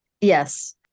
Yes